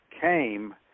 came